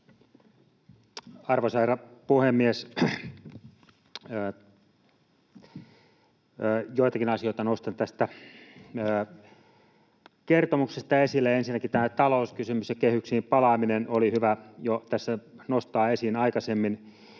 Arvoisa herra puhemies! Joitakin asioita nostan tästä kertomuksesta esille. Ensinnäkin tämä talouskysymys ja kehyksiin palaaminen oli hyvä jo tässä nostaa esiin aikaisemmin.